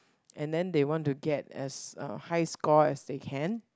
and then they want to get as uh high score as they can